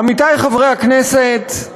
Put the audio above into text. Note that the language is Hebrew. עמיתי חברי הכנסת,